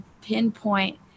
pinpoint